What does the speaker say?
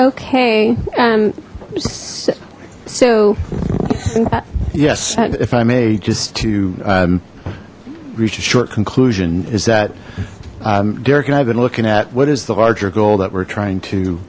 okay and so yes if i may just to reach a short conclusion is that derek and i've been looking at what is the larger goal that we're trying to